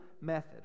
method